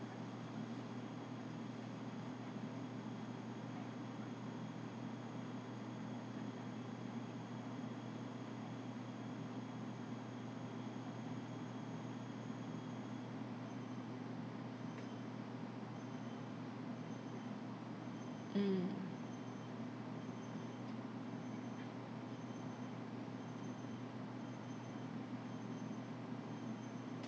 mm